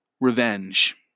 revenge